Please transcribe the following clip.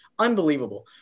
unbelievable